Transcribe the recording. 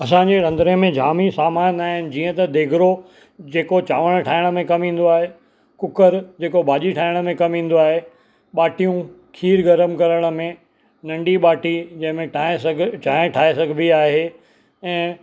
असांजे रंधिणे में जामु ई सामान आहिनि जीअं त देगड़ो जेको चांवरु ठाहिण में कमु ईंदो आहे कूकरु जेको भाॼी ठाहिण में कमु ईंदो आहे ॿाटियूं खीरु गरमु करण में नंढी ॿाटी जंहिं में ठाहे सघे चांहि ठाहे सघिबी आहे ऐं